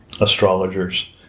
astrologers